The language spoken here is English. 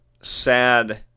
sad